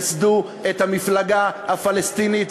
ותייסדו את המפלגה הפלסטינית,